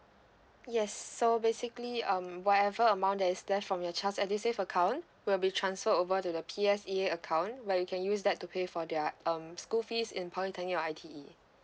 yes so basically um whatever amount that is left from your child's edusave account will be transferred over to the P_S_E_A account where you can use that to pay for their um school fees in polytechnic or I_T_E